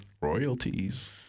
Royalties